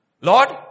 Lord